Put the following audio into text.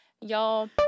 Y'all